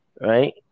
right